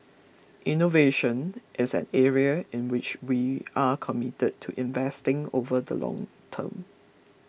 innovation is an area in which we are committed to investing over the long term